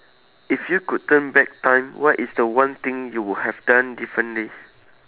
if you could turn back time what is the one thing you would have done differently